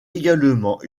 également